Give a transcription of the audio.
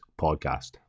Podcast